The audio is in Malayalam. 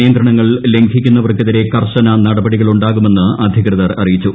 നിയന്ത്രണങ്ങൾ ലംഘിക്കുന്നവർക്കെതിരെ കർശന നടപടികളുണ്ടാകുമെന്ന് അധികൃതർ അറിയിച്ചു